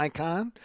Icon